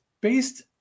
based